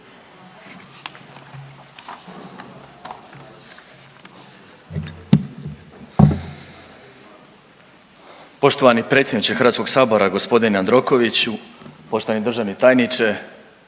Hrvatskog sabora, gospodine Jandrokoviću, poštovani državni tajniče,